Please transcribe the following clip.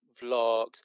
Vlogs